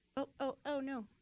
oh, no.